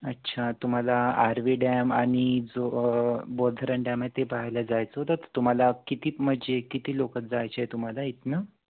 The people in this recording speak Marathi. अच्छा तुम्हाला आरवी डॅम आणि जो बोर धरण डॅम आहे ते पाहायला जायचं होत तुम्हाला कितीत म्हणजे किती लोक जायचे आहे तुम्हाला इथनं